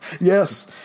yes